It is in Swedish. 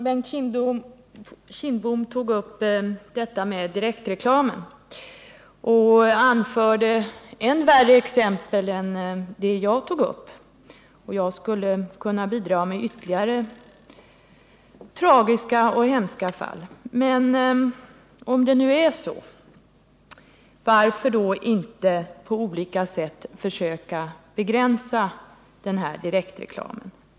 Herr talman! Bengt Kindbom tog upp detta med direktreklam och anförde ännu värre exempel än det jag tog upp. Jag skulle kunna bidra med ytterligare tragiska och hemska fall. Men om det nu är så här, varför då inte på olika sätt försöka att begränsa direktreklamen?